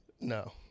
No